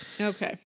Okay